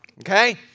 okay